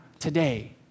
Today